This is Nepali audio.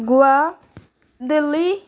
गोवा दिल्ली